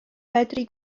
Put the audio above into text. fedru